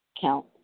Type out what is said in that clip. count